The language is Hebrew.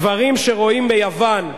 דברים שרואים ביוון,